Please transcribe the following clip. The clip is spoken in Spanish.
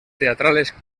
teatrales